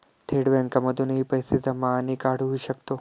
थेट बँकांमधूनही पैसे जमा आणि काढुहि शकतो